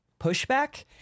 pushback